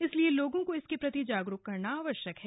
इसलिए लोगों को इसके प्रति जागरूक करना आवश्यक है